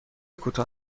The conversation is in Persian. کوتاه